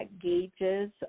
gauges